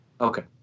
Okay